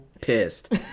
pissed